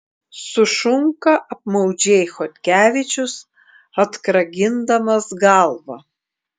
sušunka apmaudžiai chodkevičius atkragindamas galvą